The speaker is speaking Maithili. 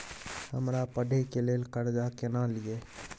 हमरा पढ़े के लेल कर्जा केना लिए?